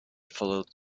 followed